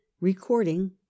Recording